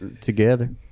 together